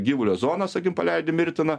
gyvulio zoną sakim paleidi mirtiną